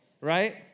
right